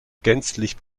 gänzlich